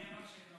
שאין חשמל?